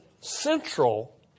central